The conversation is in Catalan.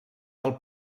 del